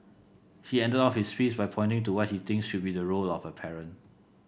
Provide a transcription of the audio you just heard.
he ended off his piece by pointing to what he thinks should be the role of a parent